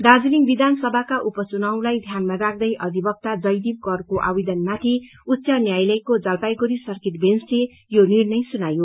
दार्जीलिङ विधान सभाका उप चुनाउलाई ध्यानमा राख्दै अधिवक्ता जयदीप करको आवेदनमाथि उच्च न्यायालयको जलपाईगुड़ी सकिँट बेँचले यो निर्णय सुनायो